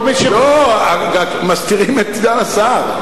כל מי, לא, מסתירים את סגן השר.